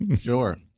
Sure